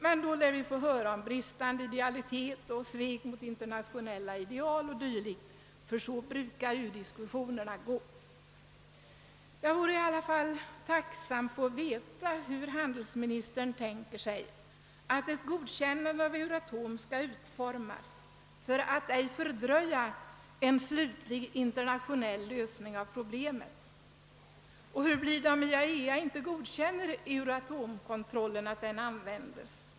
Men då lär vi få höra talas om »bristande idealitet», »svek mot internationella ideal» o.d. — så brukar ju diskussionerna gå. Jag vore ändå tacksam att få veta, hur handelsministern tänker sig att ett godkännande av Euratom skall utformas för att inte fördröja en slutlig internationell lösning av problemet. Hur blir det, om IAEA inte godkänner att Euratomkontrollen användes?